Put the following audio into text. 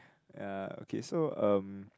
ya okay so uh